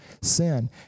sin